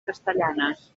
castellanes